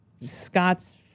Scott's